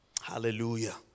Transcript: Hallelujah